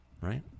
Right